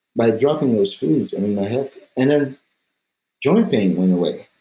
by dropping those foods, and and my health, and then joint pain went away.